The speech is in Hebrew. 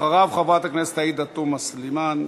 אחריו, חברת הכנסת עאידה תומא סלימאן.